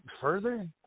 further